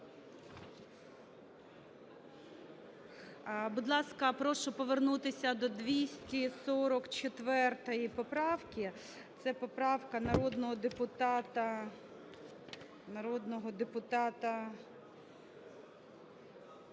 Будь ласка, прошу повернутися до 244 поправки. Це поправка народного депутата… Народного депутата…